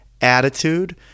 attitude